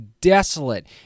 desolate